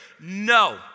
No